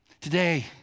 Today